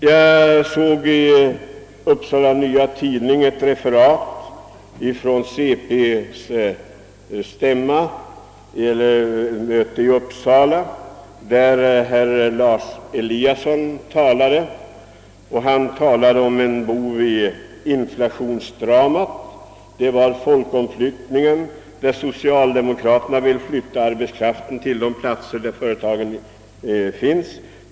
Jag såg i Upsala Nya Tidning ett referat från centerpartiets stämma i Uppsala, där herr Eliasson i Sundborn talade om en bov i inflationsdramat. Det var folkomflyttningen och det förhållandet att socialdemokraterna vill flytta arbetskraften till de platser där företagen finns.